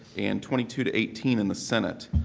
and twenty two two eighteen in the senate.